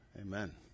Amen